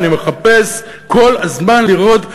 אני מחפש כל הזמן לראות.